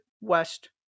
west